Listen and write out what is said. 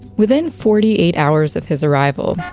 within forty eight hours of his arrival,